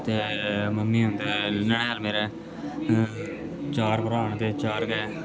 ते मम्मी उंदे ननैल मेरे चार भ्राऽ न ते चार गै